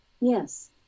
Yes